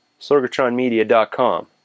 SorgatronMedia.com